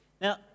Now